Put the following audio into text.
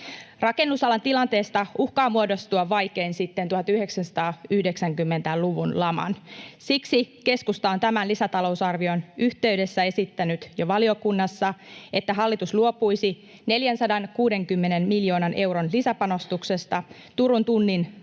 Rakennusalan tilanteesta uhkaa muodostua vaikein sitten 1990-luvun laman. Siksi keskusta on tämän lisätalousarvion yhteydessä esittänyt jo valiokunnassa, että hallitus luopuisi 460 miljoonan euron lisäpanostuksesta Turun tunnin rataan